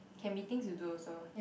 can meetings to do also